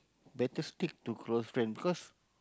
better stick to close friend because